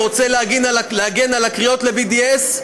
רוצה להגן על הקריאות ל-BDS,